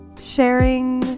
Sharing